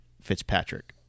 Fitzpatrick